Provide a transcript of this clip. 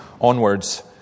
onwards